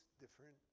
different